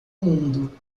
mundo